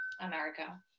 America